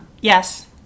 Yes